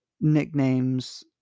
nicknames